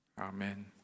Amen